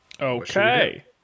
Okay